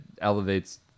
elevates